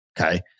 Okay